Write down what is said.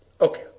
Okay